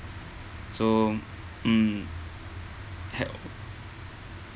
so mm have